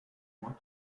mois